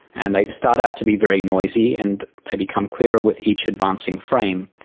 and they start out to be very noisy and they become clearer with each advancing frame.